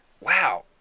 wow